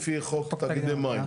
לפי חוק תאגידי מים.